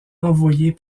envoyés